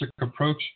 approach